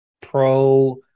pro